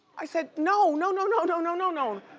i said no, no, no, no, no, no, no, no.